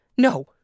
No